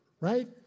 Right